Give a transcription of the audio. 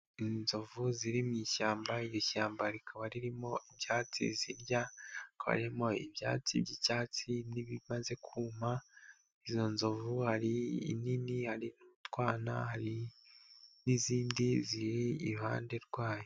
Inzovu ziri mu ishyamba, iri shyamba rikaba ririmo ibyatsi zirya, hamo ibyatsi bimaze kuma. Izo nzovu ni utwana hari n'izindi ziri iruhande rwayo.